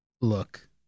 look